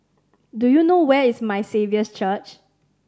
do you know where is My Saviour's Church